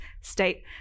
state